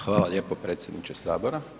Hvala lijepo predsjedniče Sabora.